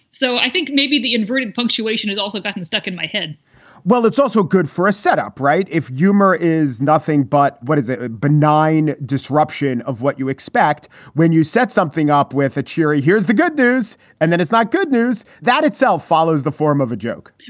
so i think maybe the inverted punctuation has also gotten stuck in my head well, it's also good for a setup, right? if yuma is nothing but what is a benign disruption of what you expect when you set something up with a cheery. here's the good news and then it's not good news. that itself follows the form of a joke,